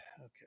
Okay